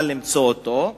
קל למצוא אותו,